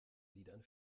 liedern